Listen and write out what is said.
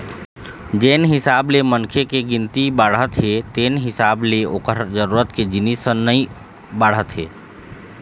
जेन हिसाब ले मनखे के गिनती बाढ़त हे तेन हिसाब ले ओखर जरूरत के जिनिस ह नइ बाढ़त हे